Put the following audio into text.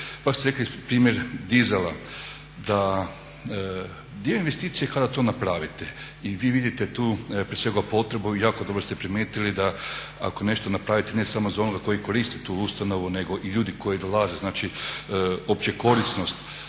pa ste rekli primjer dizala da gdje je investicija kada to napravite i vi vidite tu potrebu i jako dobro ste primijetili da ako nešto napravite ne samo za onoga koji koristi tu ustanovu nego i ljudi koji dolaze, znači opće korisnost.